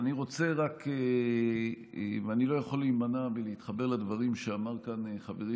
אני לא יכול להימנע מלהתחבר לדברים שאמר כאן חברי